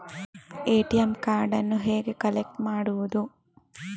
ATM ಕಾರ್ಡನ್ನು ಹೇಗೆ collect ಮಾಡುವುದು?